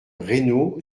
reynaud